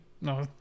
No